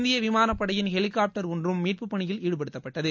இந்திய விமானப்படையின் ஹெலிகாப்டர் ஒன்றும் மீட்புப்பணியில் ஈடுபடுத்தப்பட்டது